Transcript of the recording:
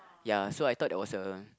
ya so I thought that was a